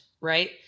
right